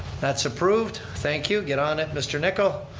that's approved. thank you, get on it, mr. nicoll.